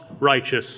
righteous